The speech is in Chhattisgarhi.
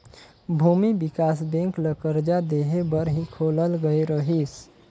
भूमि बिकास बेंक ल करजा देहे बर ही खोलल गये रहीस